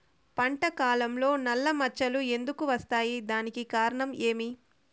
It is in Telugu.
పంట కాలంలో నల్ల మచ్చలు ఎందుకు వస్తాయి? దానికి కారణం ఏమి?